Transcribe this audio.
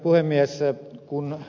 arvoisa puhemies